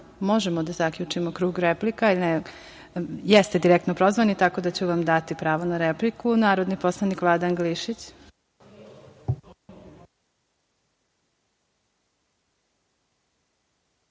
možemo da zaključimo krug replika. Jeste direktno prozvani, tako da ću vam dati pravo na repliku. Reč ima narodni poslanik Vladan